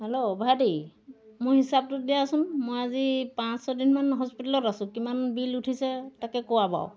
hello ভাইটি মোৰ হিচাপটোত দিয়াচোন মই আজি পাঁচ ছয়দিনমান হস্পিটেলত আছোঁ কিমান বিল উঠিছে তাকে কোৱা বাৰু